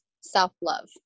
self-love